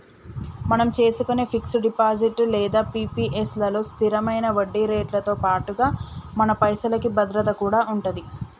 మనం చేసుకునే fix deposit లేదా పి.పి.ఎస్ లలో స్థిరమైన వడ్డీరేట్లతో పాటుగా మన పైసలకి భద్రత కూడా ఉంటది